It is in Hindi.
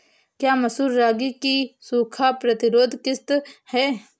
क्या मसूर रागी की सूखा प्रतिरोध किश्त है?